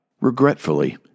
Regretfully